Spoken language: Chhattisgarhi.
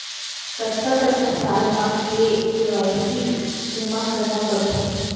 कतका कतका साल म के के.वाई.सी जेमा करना पड़थे?